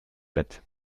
bett